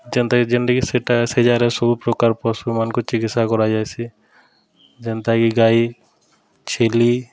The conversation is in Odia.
ଯେନ୍ତାକି ଯେନ୍ଟାକି ସେଟା ସେଜାଗାରେ ସବୁପ୍ରକାର୍ ପଶୁମାନ୍କୁ ଚିକିତ୍ସା କରାଯାଏସି ଯେନ୍ତାକି ଗାଈ ଛେଲି